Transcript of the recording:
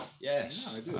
Yes